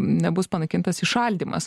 nebus panaikintas įšaldymas